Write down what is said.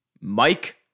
Mike